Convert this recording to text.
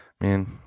Man